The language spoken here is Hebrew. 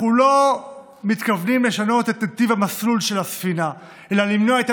אנחנו לא מתכוונים לשנות את טיב המסלול של הספינה אלא למנוע את